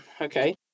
Okay